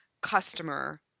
customer